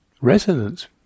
resonance